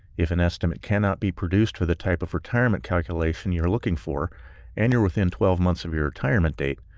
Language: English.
if an estimate cannot be produced for the type of retirement calculation you're looking for and you're within twelve months of your retirement date,